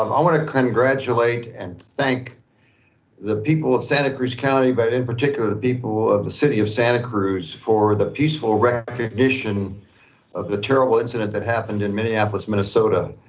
i wanna congratulate and thank the people of santa cruz county, but in particular the people of the city of santa cruz for the peaceful recognition of the terrible incident that happened in minneapolis, minnesota.